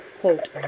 quote